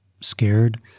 scared